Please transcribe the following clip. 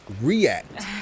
react